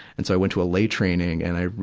and so i went to a lay training. and i re,